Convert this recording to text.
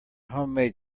homemade